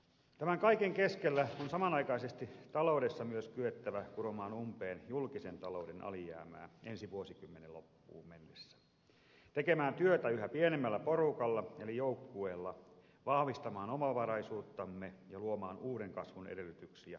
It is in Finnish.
tämän kaiken keskellä on samanaikaisesti taloudessa myös kyettävä kuromaan umpeen julkisen talouden alijäämää ensi vuosikymmenen loppuun mennessä tekemään työtä yhä pienemmällä porukalla eli joukkueella vahvistamaan omavaraisuuttamme ja luomaan uuden kasvun edellytyksiä kotimarkkinoille ja viennissä